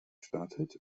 startet